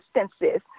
instances